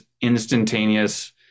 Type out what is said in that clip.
instantaneous